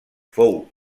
fou